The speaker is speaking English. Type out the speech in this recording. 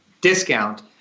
discount